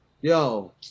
Yo